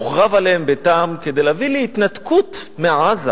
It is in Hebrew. הוחרב עליהם ביתם כדי להביא להתנתקות מעזה,